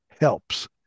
Helps